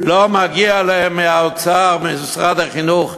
לא מגיע להם מהאוצר, ממשרד החינוך,